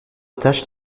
tâche